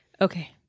Okay